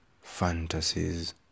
fantasies